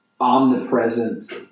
omnipresent